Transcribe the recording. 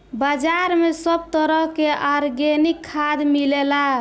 बाजार में सब तरह के आर्गेनिक खाद मिलेला